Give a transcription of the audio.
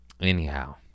Anyhow